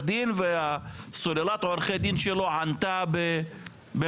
דין וסוללת עורכי הדין שלו ענתה במכתב,